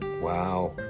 Wow